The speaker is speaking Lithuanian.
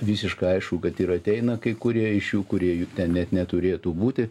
visiškai aišku kad ir ateina kai kurie iš jų kurie jų ten net neturėtų būti